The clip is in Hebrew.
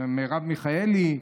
מרב מיכאלי,